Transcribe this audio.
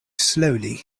slowly